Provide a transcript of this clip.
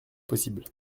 possible